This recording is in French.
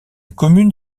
commune